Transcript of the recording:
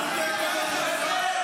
אתה המחבל הגדול ביותר.